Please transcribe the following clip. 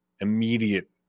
immediate